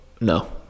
No